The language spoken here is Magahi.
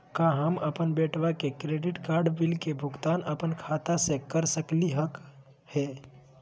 का हम अपन बेटवा के क्रेडिट कार्ड बिल के भुगतान अपन खाता स कर सकली का हे?